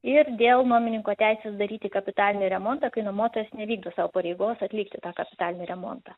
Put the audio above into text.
ir dėl nuomininko teisės daryti kapitalinį remontą kai nuomotojas nevykdo savo pareigos atlikti kapitalinį remontą